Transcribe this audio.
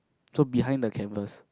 so behind the canvas